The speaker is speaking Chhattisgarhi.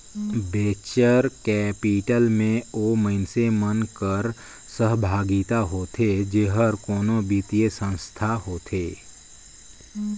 वेंचर कैपिटल में ओ मइनसे मन कर सहभागिता होथे जेहर कोनो बित्तीय संस्था होथे